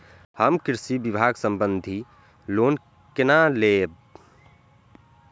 हम कृषि विभाग संबंधी लोन केना लैब?